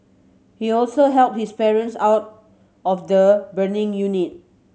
he also helped his parents out of the burning unit